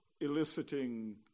eliciting